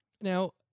Now